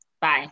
Bye